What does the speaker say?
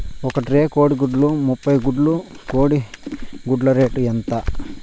ఒక ట్రే కోడిగుడ్లు ముప్పై గుడ్లు కోడి గుడ్ల రేటు ఎంత?